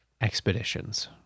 expeditions